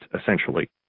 essentially